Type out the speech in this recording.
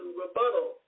rebuttal